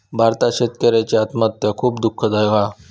भारतात शेतकऱ्यांची आत्महत्या खुप दुःखदायक हा